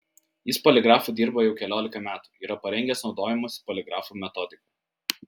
jis poligrafu dirba jau keliolika metų yra parengęs naudojimosi poligrafu metodiką